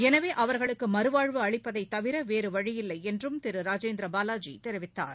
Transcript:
எனவே அவர்களுக்கு மறுவாழ்வு அளிப்பதை தவிர வேறு வழியில்லை என்றும் திரு ராஜேந்திர பாலாஜி தெரிவித்தார்